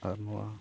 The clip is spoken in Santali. ᱟᱨ ᱱᱚᱣᱟ